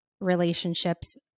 relationships